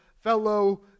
fellow